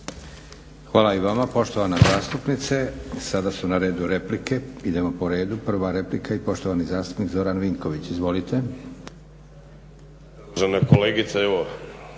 Hvala i vama poštovana zastupnice. Sada su na redu replike. Idemo po redu. Prva replika i poštovani zastupnik Zoran Vinković. Izvolite.